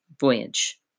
voyage